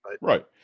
Right